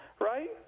right